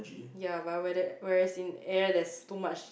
ya but where there whereas in air there's too much